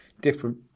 different